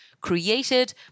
created